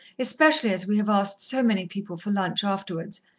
especially as we have asked so many people for lunch afterwards,